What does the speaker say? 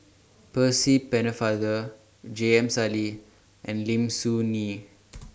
Percy Pennefather J M Sali and Lim Soo Ngee